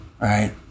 right